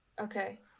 okay